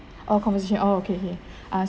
all conversation orh okay okay uh